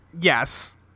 Yes